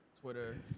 Twitter